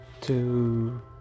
two